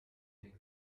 think